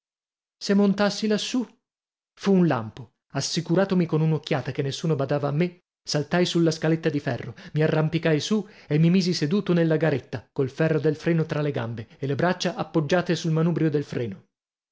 se montassi lassù fu un lampo assicuratomi con un'occhiata che nessuno badava a me saltai sulla scaletta di ferro mi arrampicai su e mi misi seduto nella garetta col ferro del freno tra le gambe e le braccia appoggiate sul manubrio del freno